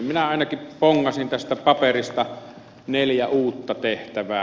minä ainakin bongasin tästä paperista neljä uutta tehtävää